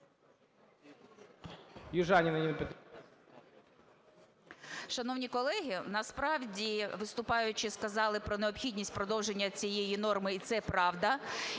Шановні колеги, насправді виступаючі сказали про необхідність продовження цієї норми і це правда,